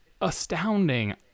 astounding